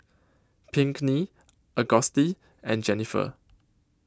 Pinkney Auguste and Jenniffer